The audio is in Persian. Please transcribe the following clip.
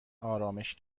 آرامش